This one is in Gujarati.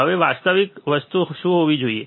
હવે વાસ્તવિક વસ્તુ શું હોવી જોઈએ